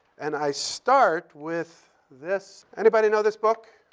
and i start with this. anybody know this book?